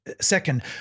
second